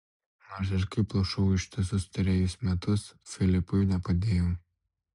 nors ir kaip plušau ištisus trejus metus filipui nepadėjau